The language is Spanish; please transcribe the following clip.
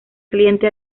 cliente